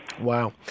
Wow